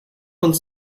ins